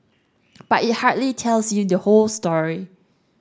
but it hardly tells you the whole story